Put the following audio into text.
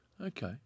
Okay